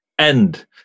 End